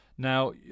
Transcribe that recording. Now